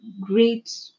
great